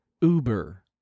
Uber